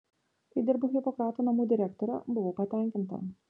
kai dirbau hipokrato namų direktore buvau patenkinta